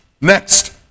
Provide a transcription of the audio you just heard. next